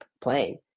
playing